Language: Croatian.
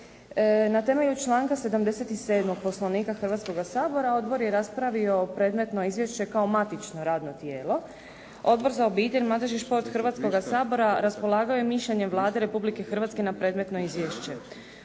Na temelju članka 77. Poslovnika Hrvatskoga sabora odbor je raspravio predmetno izvješće kao matično radno tijelo. Odbor za obitelj, mladež i šport Hrvatskoga sabora raspolagao je mišljenjem Vlade Republike Hrvatske na predmetno izvješće.